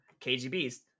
KGB's